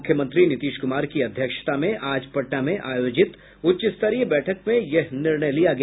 मुख्यमंत्री नीतीश कुमार की अध्यक्षता में आज पटना में आयोजित उच्चस्तरीय बैठक में यह निर्णय लिया गया